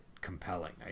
compelling